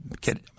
get